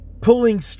pulling